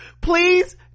please